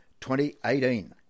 2018